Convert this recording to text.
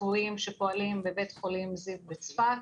קבועים שפועלים בבית חולים זיו בצפת,